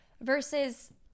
versus